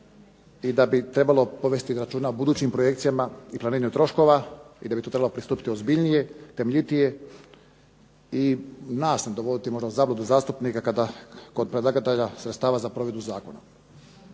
i da bi trebalo povesti računa o budućim projekcijama i planiranju troškova i da bi tu trebalo pristupiti ozbiljnije, temeljitije i znao sam dovoditi možda u zabludu zastupnike kada kod predlagatelja sredstava za provedbu zakona.